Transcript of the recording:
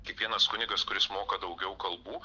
kiekvienas kunigas kuris moka daugiau kalbų